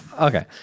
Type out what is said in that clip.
Okay